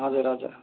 हजुर हजुर